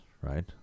right